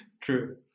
True